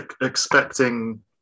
expecting